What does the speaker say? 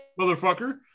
motherfucker